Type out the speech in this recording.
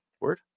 word